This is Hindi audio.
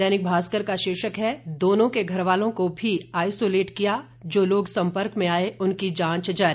दैनिक भास्कर का शीर्षक है दोनों के घरवालों को भी आइसोलेट किया जो लोग संपर्क में आए उनकी जांच जारी